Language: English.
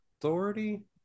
authority